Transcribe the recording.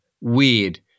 weird